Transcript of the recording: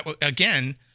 again